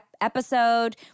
episode